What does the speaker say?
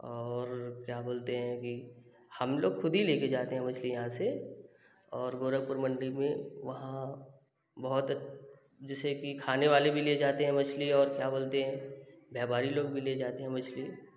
और क्या बोलते हैं कि हम लोग ख़ुद ही ले कर जाते हैं मछली यहाँ से और गोरखपुर मंडी में वहाँ बहुत जैसे कि खाने वाले भी ले जाते हैं मछली और क्या बोलते हैं व्यापारी लोग भी ले जाते हैं मछली